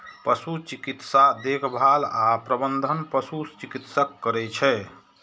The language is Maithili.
पशु चिकित्सा देखभाल आ प्रबंधन पशु चिकित्सक करै छै